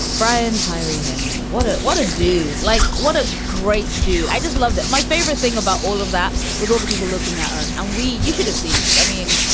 brian tyree henry, what? ah what a dude. like, what a great dude. i just loved it. my favorite thing about all of that was all the people looking at us. and we you should have seen us. i mean,